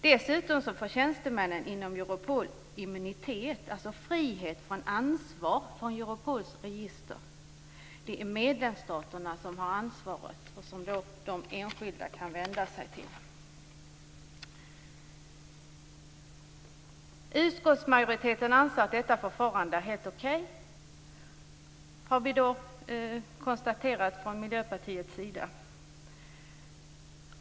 Dessutom får tjänstemännen inom Europol immunitet, alltså frihet från ansvar, från Europols register. Det är medlemsstaterna som har ansvaret och som de enskilda kan vända sig till. Vi har från Miljöpartiets sida konstaterat att utskottsmajoriteten anser att detta förfarande är helt okej.